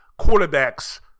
quarterbacks